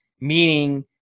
meaning